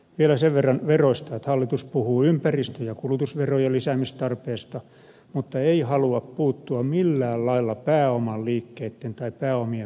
vielä sen verran veroista että hallitus puhuu ympäristö ja kulutusverojen lisäämistarpeesta mutta ei halua puuttua millään lailla pääoman liikkeitten tai pääomien verottamiseen